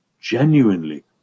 genuinely